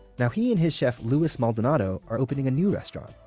now, he and his chef louis maldonado are opening a new restaurant